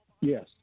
Yes